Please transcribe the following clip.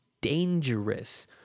dangerous